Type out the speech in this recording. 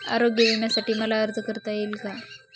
आरोग्य विम्यासाठी मला अर्ज करता येईल का?